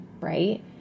Right